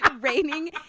raining